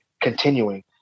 continuing